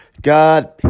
God